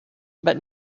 but